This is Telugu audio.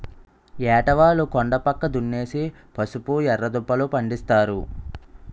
ఏటవాలు కొండా పక్క దున్నేసి పసుపు, ఎర్రదుంపలూ, పండిస్తారు